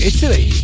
Italy